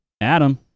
adam